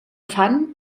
fan